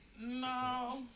No